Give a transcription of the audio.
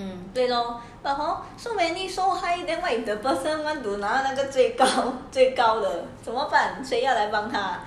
对 lor but hor so many so high then like the person want to 拿最高最高的怎么办谁要来帮他